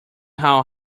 how